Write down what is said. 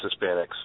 Hispanics